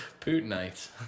Putinites